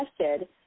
tested